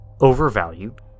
overvalued